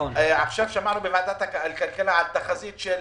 עכשיו שמענו בוועדת הכלכלה על תחזית של